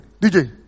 DJ